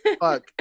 Fuck